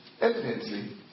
evidently